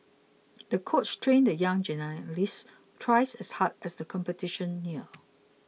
the coach trained the young gymnast twice as hard as the competition neared